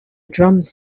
drum